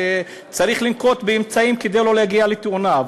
שצריך לנקוט אמצעים כדי לא להגיע לתאונה.